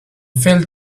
fell